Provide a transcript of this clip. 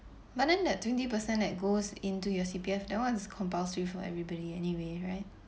but then that twenty percent that goes into your C_P_F that one is compulsory for everybody anyway right